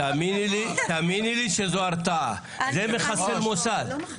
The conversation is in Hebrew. תאמיני לי שזו הרתעה, זה מחסל מוסד.